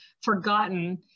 forgotten